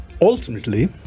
Ultimately